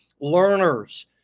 learners